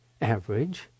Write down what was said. average